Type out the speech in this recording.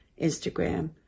instagram